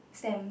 stamps